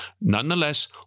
Nonetheless